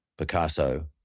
Picasso